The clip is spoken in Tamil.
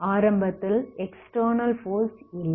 ஆரம்பத்தில் எக்ஸ்டெர்னல் ஃபோர்ஸ் இல்லை